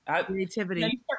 creativity